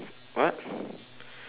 what